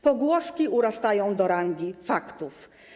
Pogłoski urastają do rangi faktów.